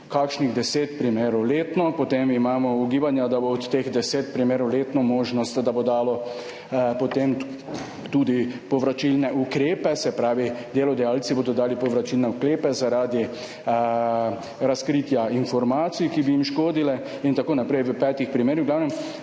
kakšnih 10 primerov letno. Potem imamo ugibanja, da bo od teh 10 primerov letno možnost, da se bo dalo potem tudi povračilne ukrepe. Se pravi, delodajalci bodo dali povračilne ukrepe zaradi razkritja informacij, ki bi jim škodile, in tako naprej, v petih primerih. V glavnem,